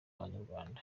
abanyarwanda